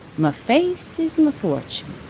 muh face is muh fortune.